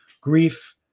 grief